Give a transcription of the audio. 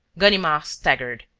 ganimard staggered.